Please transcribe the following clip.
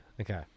Okay